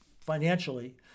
financially